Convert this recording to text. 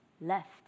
Left